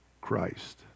Christ